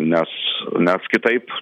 nes nes kitaip